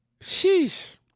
Sheesh